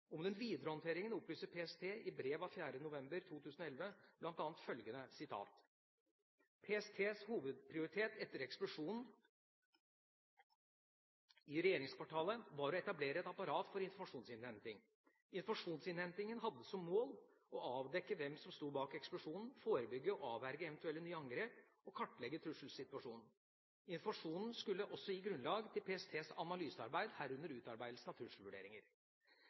Om den videre håndteringen opplyser PST i brev av 4. november 2011 bl.a. følgende: «PSTs hovedprioritet etter eksplosjonen i regjeringskvartalet var å etablere et apparat for informasjonsinnhenting. Informasjonsinnhentingen hadde som mål å avdekke hvem som stod bak eksplosjonen, forebygge og avverge eventuelle nye angrep, og å kartlegge trusselsituasjonen. Informasjonen skulle også gi grunnlag til PSTs analysearbeid, herunder utarbeidelsen av trusselvurderinger.